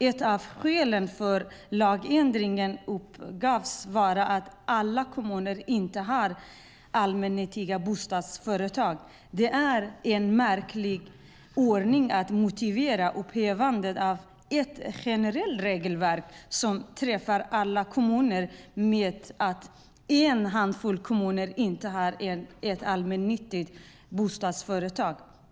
Ett av skälen för lagändringen uppgavs vara att alla kommuner inte har allmännyttiga bostadsföretag. Det är märkligt att motivera upphävandet av ett generellt regelverk som träffar alla kommuner med att en handfull kommuner inte har ett allmännyttigt bostadsbolag.